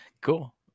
Cool